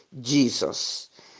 Jesus